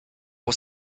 was